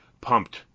pumped